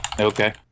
Okay